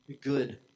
good